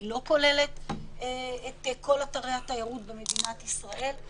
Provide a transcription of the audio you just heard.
היא לא כוללת את כל אתרי התיירות במדינת ישראל.